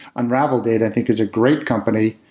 unravel data i think is a great company,